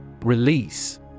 Release